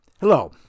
Hello